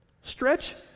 Stretch